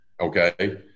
Okay